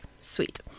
Sweet